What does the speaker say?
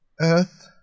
Earth